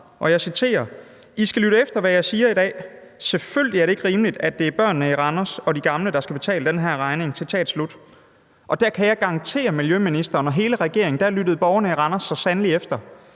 jeg citerer: »I skal lytte efter, hvad jeg siger i dag. Selvfølgelig er det ikke rimeligt, at det er børnene i Randers og de gamle, der skal betale denne her regning.« Der kan jeg garantere miljøministeren og hele regeringen at borgerne i Randers så sandelig lyttede